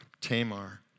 Tamar